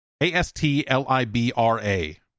A-S-T-L-I-B-R-A